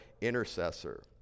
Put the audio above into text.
intercessor